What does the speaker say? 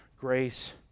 grace